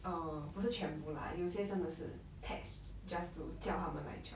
err 不是全部 lah 有些真的是 text just to 叫他们来 church